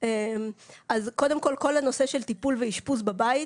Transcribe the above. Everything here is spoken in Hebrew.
הפרק השני, כל הנושא של טיפול ואשפוז בבית.